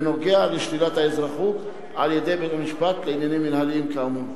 בנוגע לשלילת האזרחות על-ידי בית-המשפט לעניינים מינהליים כאמור.